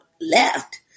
left